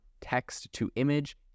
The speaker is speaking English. text-to-image